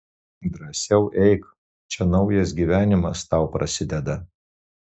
drąsiau eik čia naujas gyvenimas tau prasideda